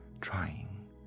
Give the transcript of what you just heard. trying